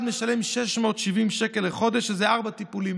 משלם 670 שקל לחודש לארבעה טיפולים,